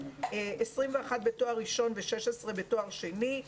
21% בתואר ראשון ו-16% בתואר שני.